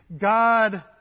God